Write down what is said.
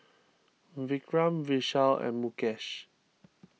Vikram Vishal and Mukesh